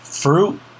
Fruit